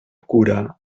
cura